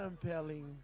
compelling